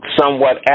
somewhat